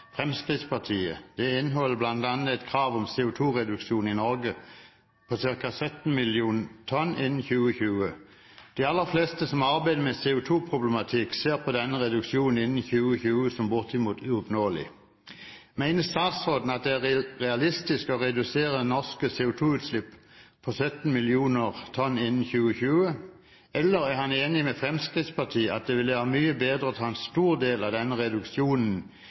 Fremskrittspartiet, står bak, inneholder bl.a. et krav om CO2-reduksjon i Norge på ca. 17 mill. tonn innen 2020. De aller fleste som har arbeidet med CO2-problematikk, ser på denne reduksjonen innen 2020 som bortimot uoppnåelig. Mener statsråden at det er realistisk å redusere norske CO2-utslipp med 17 mill. tonn innen 2020, eller er han enig med Fremskrittspartiet i at det ville være mye bedre å ta en stor del av denne reduksjonen